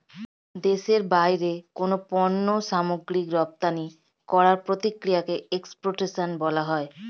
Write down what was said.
দেশের বাইরে কোনো পণ্য সামগ্রী রপ্তানি করার প্রক্রিয়াকে এক্সপোর্টেশন বলা হয়